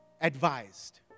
advised